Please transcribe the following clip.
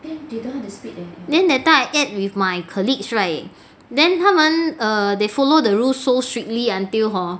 then that time I ate with my colleagues right then 他们 err they follow the rules so strictly until hor